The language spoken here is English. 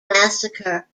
massacre